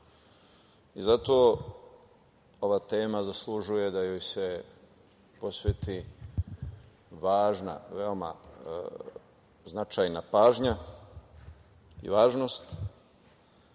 ova tema zaslužuje da joj se posveti važna, veoma značajna pažnja i važnost,